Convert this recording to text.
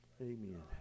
amen